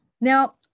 Now